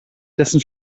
dessen